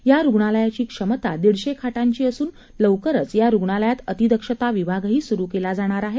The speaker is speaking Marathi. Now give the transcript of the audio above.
या रुग्णालयाची क्षमता दीडशे खाटांची असून लवकरच या रुग्णालयात अतिदक्षता विभागही सुरु केला जाणार आहे